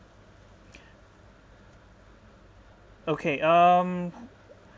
okay um